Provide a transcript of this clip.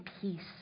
peace